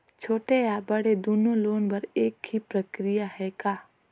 छोटे या बड़े दुनो लोन बर एक ही प्रक्रिया है का?